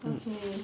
mm